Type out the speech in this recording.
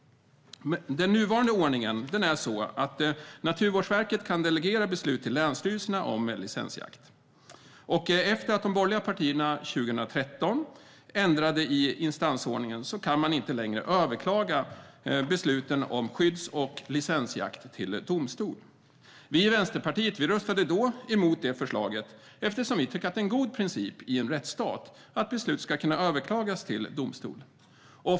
Den nuvarande ordningen är sådan att Naturvårdsverket kan delegera beslut till länsstyrelserna om licensjakt. Efter att de borgerliga partierna 2013 ändrade i instansordningen kan man inte längre överklaga besluten om skydds och licensjakt till domstol. Vi i Vänsterpartiet röstade då emot det förslaget, eftersom vi tycker att det är en god princip i en rättsstat att beslut ska kunna överklagas till domstol.